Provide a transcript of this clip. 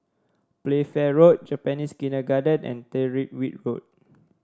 Playfair Road Japanese Kindergarten and Tyrwhitt Road